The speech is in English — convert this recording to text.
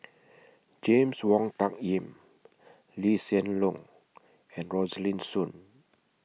James Wong Tuck Yim Lee Hsien Loong and Rosaline Soon